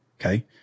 Okay